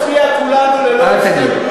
בוא נצביע כולנו ללא הסתייגות,